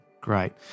Great